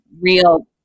real